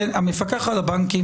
המפקח על הבנק,